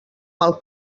mal